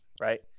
Right